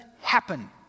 happen